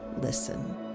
listen